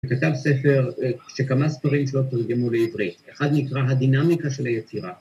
כתב ספר, כשכמה ספרים שלא תורגמו לעברית, אחד נקרא הדינמיקה של היצירה